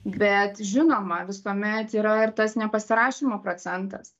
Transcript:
bet žinoma visuomet yra ir tas nepasirašymo procentas